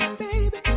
baby